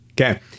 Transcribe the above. Okay